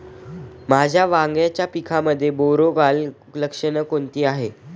माझ्या वांग्याच्या पिकामध्ये बुरोगाल लक्षणे कोणती आहेत?